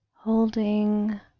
holding